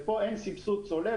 ופה אין סבסוד צולב.